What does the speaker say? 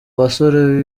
basore